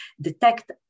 detect